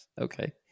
Okay